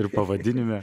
ir pavadinime